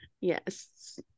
Yes